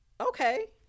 okay